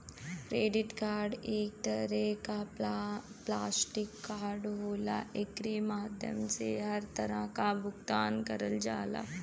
credit card एक तरे क प्लास्टिक कार्ड होला एकरे माध्यम से हर तरह क भुगतान करल जाला